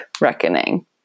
reckoning